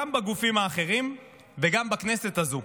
גם בגופים האחרים וגם בכנסת הזאת.